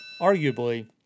arguably